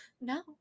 no